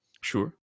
Sure